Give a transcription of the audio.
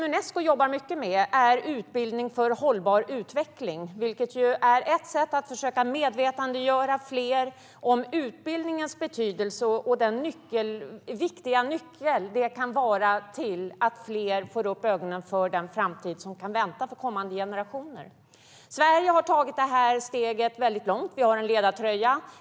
Unesco jobbar mycket med utbildning för hållbar utveckling, vilket är ett sätt att försöka medvetandegöra fler om utbildningens betydelse och den viktiga nyckel den kan vara till att fler får upp ögonen för den framtid som kan vänta kommande generationer. Sverige har tagit ett långt steg, och vi har en ledartröja.